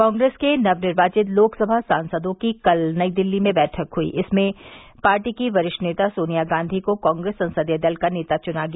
कांग्रेस के नवनिर्वाचित लोकसभा सांसदों की कल दिल्ली में बैठक हुई इसमें पार्टी की वरिष्ठ नेता सोनिया गांधी को कांग्रेस संसदीय दल का नेता चुना गया